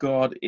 God